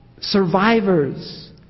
survivors